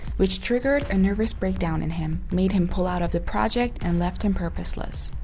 which triggered a nervous breakdown in him, made him pull out of the project and left him purposeless.